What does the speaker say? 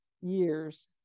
years